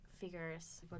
figures